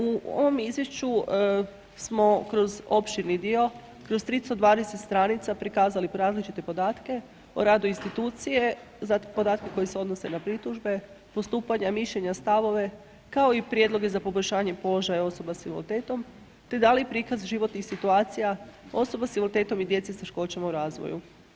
U ovom izvješću smo kroz opširni dio kroz 320 stranica prikazali različite podatke o radu institucije, podatke koji se odnose na pritužbe, postupanja, mišljenja, stavove, kao i prijedloge za poboljšavanje položaja osoba s invaliditetom, te dali prikaz životnih situacija osoba s invaliditetom i djece s teškoćama u razvoju.